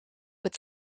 het